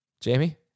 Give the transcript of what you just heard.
jamie